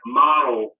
model